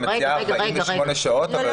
היא מציעה 48 שעות אבל בימי עבודה.